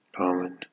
common